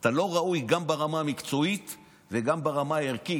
אתה לא ראוי גם ברמה המקצועית וגם ברמה הערכית.